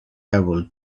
able